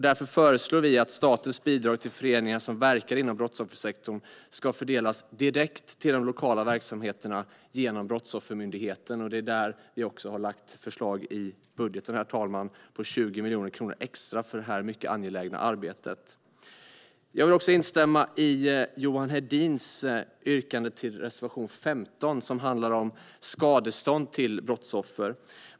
Därför föreslår vi att statens bidrag till föreningar som verkar inom brottsoffersektorn ska fördelas direkt till de lokala verksamheterna genom Brottsoffermyndigheten. I vår budgetmotion har vi föreslagit 20 miljoner kronor extra för detta mycket angelägna arbete. Jag vill också instämma i Johan Hedins yrkande på reservation 15, som handlar om skadestånd till brottsoffer.